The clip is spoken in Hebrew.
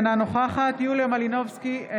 אינה נוכחת יוליה מלינובסקי,